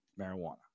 marijuana